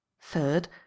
third